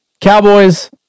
cowboys